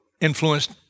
influenced